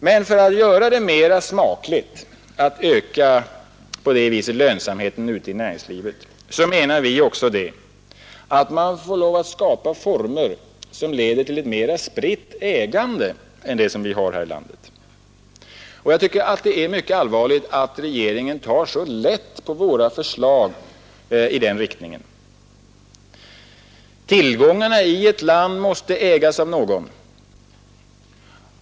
Men för att göra det mera smakligt att på det viset öka lönsamheten i näringslivet, menar vi också att man får lov att skapa former för ett mera spritt ägande än det vi har här i landet, och jag tycker att det är mycket allvarligt att regeringen tar så lätt på våra förslag i den riktningen. Tillgångarna i ett land måste ägas av någon.